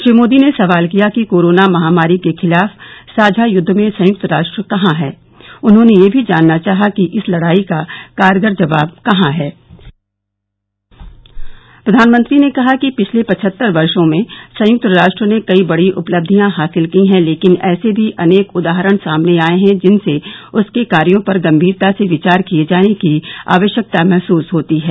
श्री मोदी ने सवाल किया कि कोरोना महामारी के खिलाफ साझा युद्व में संयुक्त राष्ट्र कहां है उन्होंने यह भी जानना चाहा कि इस लड़ाई का कारगर जवाब कहां है प्रधानमंत्री ने कहा कि पिछले पचहत्तर वर्षो में संयुक्त राष्ट्र ने कई बड़ी उपलबंधियां हासिल की हैं लेकिन ऐसे भी अनेक उदाहरण सामने आए हैं जिन से उसके कार्यो पर गंभीरता से विचार किए जाने की आवश्यकता महसूस होती है